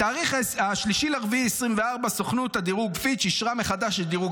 בתאריך 3 באפריל 2024 סוכנות הדירוג פיץ' אישרה מחדש את דירוג